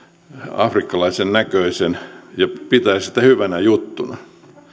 afrikkalaisen näköisen ja pitää sitä hyvänä juttuna